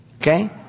Okay